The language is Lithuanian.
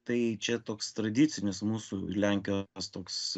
tai čia toks tradicinis mūsų ir lenkijos toks